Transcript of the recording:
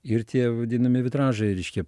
ir tie vadinami vitražai reiškia